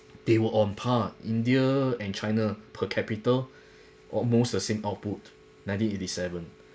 they were on par india and china per capital almost the same output nineteen eighty seven